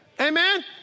Amen